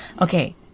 Okay